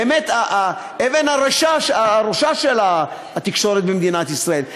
באמת אבן הראשה של התקשורת במדינת ישראל,